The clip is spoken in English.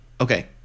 Okay